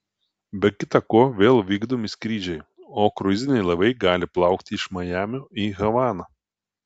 be kita ko vėl vykdomi skrydžiai o kruiziniai laivai gali plaukti iš majamio į havaną